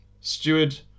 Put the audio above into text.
Steward